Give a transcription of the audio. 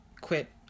quit